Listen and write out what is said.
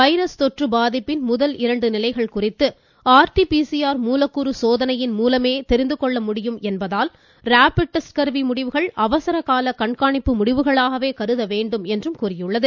virus தொற்று பாதிப்பின் முதல் இரண்டு நிலைகள் குறித்து சுவீஊசு மூலக்கூறு சோதனையின் மூலமே தெரிந்து கொள்ள முடியும் என்பதால் ரேபிட் டெஸ்ட் கருவி முடிவுகள் அவசர கால கண்காணிப்பு முடிவுகளாகவே கருத வேண்டும் என்றும் கூறியுள்ளது